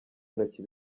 intoki